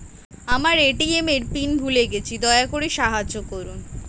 আমার এ.টি.এম এর পিন ভুলে গেছি, দয়া করে সাহায্য করুন